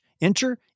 Enter